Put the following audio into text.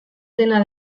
dena